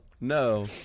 no